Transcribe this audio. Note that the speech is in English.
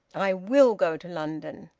i will go to london.